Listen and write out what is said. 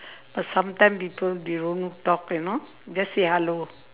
but sometimes people they don't talk you know just say hello